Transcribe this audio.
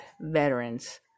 veterans